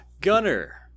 Gunner